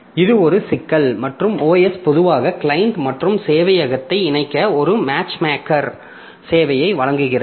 இது ஒரு சிக்கல் மற்றும் OS பொதுவாக கிளையன்ட் மற்றும் சேவையகத்தை இணைக்க ஒரு மேட்ச்மேக்கர் சேவையை வழங்குகிறது